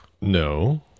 No